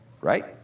Right